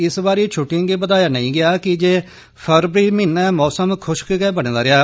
इस बारी छुटि्टएं गी बधाया नेईं गेआ की जे फरवरी म्हीने मौसम खुश्क गै बने दा रेआ